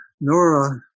Nora